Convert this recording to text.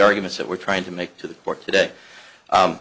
argument that we're trying to make to the court today